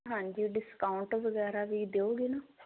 ਹਾਂਜੀ ਡਿਸਕਾਊਂਟ ਵਗੈਰਾ ਵੀ ਦਿਓਗੇ ਨਾ